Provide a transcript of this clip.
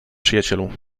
przyjacielu